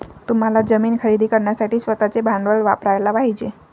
तुम्हाला जमीन खरेदी करण्यासाठी स्वतःचे भांडवल वापरयाला पाहिजे